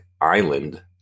island